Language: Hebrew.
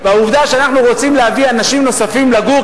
והעובדה שאנחנו רוצים להביא אנשים נוספים לגור,